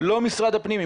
לא משרד הפנים,